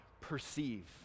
perceive